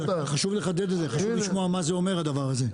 חשוב לחדד את זה, חשוב לשמוע מה זה אומר הדבר הזה.